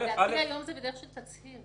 היום זה בדרך של תצהיר.